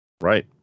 Right